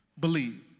believe